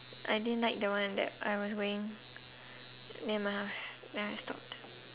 I didn't like the one that I was going near my house then I stopped